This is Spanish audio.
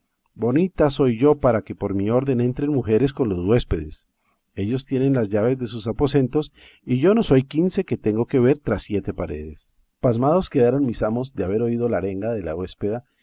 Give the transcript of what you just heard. bonita soy yo para que por mi orden entren mujeres con los huéspedes ellos tienen las llaves de sus aposentos y yo no soy quince que tengo de ver tras siete paredes pasmados quedaron mis amos de haber oído la arenga de la huéspeda